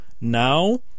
Now